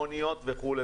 מוניות וכו'.